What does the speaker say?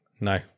no